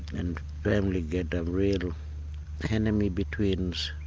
and family get a real enemy between us,